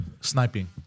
Sniping